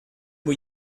muy